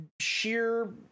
sheer